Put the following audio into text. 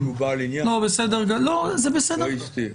הוא בעל עניין, והוא לא הסתיר.